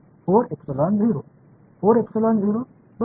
बरोबर